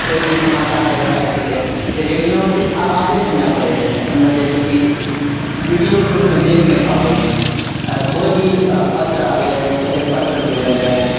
कोइभी समाचार देखैके छिकै तऽ रेडियोमे सिर्फ आबाजे सुनाइ पड़ै रहै ओहिमे जैसेकी बीडिओके रूपमे देख नहि पाबै रहियै अगर कोइ भी पत्र आबै रहै पहिले पत्र भेजल जाइ रहै